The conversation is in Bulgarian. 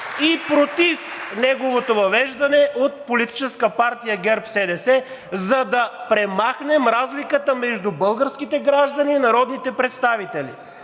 и против неговото въвеждане от Политическа партия ГЕРБ-СДС, за да премахнем разликата между българските граждани и народните представители?